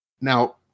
Now